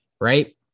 right